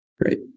great